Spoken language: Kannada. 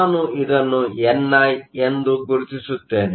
ನಾನು ಇದನ್ನು ಎನ್ಐ ಎಂದು ಗುರುತಿಸುತ್ತೇನೆ